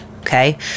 okay